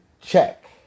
check